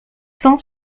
cent